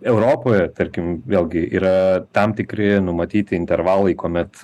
europoje tarkim vėlgi yra tam tikri numatyti intervalai kuomet